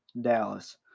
Dallas